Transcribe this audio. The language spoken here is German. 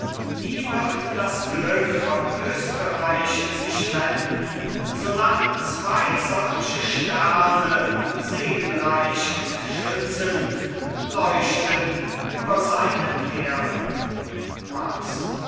nie wird das glück von österreich sich wenden so lang zwei solche sterne segenreich und schützend leuchten über seinen heeren max